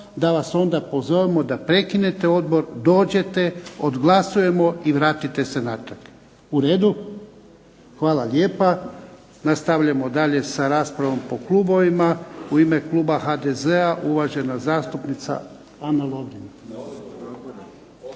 da vas onda pozovemo da prekinete odbor, dođete, odglasujemo i vratite se natrag. Uredu? Hvala lijepa. Nastavljam dalje sa raspravom po klubovima. U ime kluba HDZ-a uvažena zastupnica Ana Lovrin.